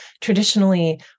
traditionally